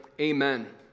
Amen